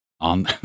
on